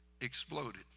exploded